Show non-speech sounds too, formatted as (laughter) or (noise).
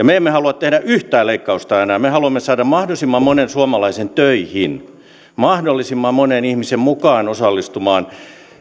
(unintelligible) me emme halua tehdä yhtään leikkausta enää me haluamme saada mahdollisimman monen suomalaisen töihin mahdollisimman monen ihmisen mukaan osallistumaan